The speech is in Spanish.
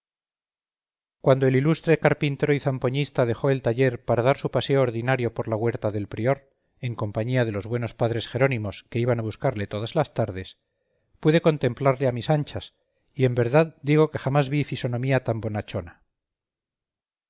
cuando el ilustre carpintero y zampoñista dejó el taller para dar su paseo ordinario por la huerta del prior en compañía de los buenos padres jerónimos que iban a buscarle todas las tardes pude contemplarle a mis anchas y en verdad digo que jamás vi fisonomía tan bonachona